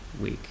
Week